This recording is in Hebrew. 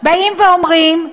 באים ואומרים: